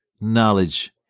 knowledge